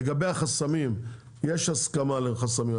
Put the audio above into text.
לגבי החסמים, יש הסכמה על החסמים.